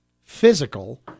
physical